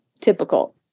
typical